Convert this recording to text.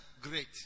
great